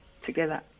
together